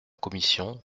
commission